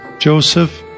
Joseph